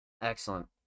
Excellent